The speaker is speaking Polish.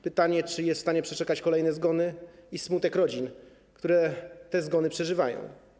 Pytanie, czy jest w stanie przeczekać kolejne zgony i smutek rodzin, które te zgony przeżywają.